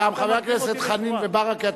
חברי הכנסת חנין וברכה,